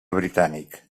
britànic